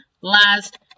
last